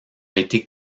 été